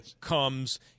comes